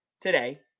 today